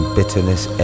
bitterness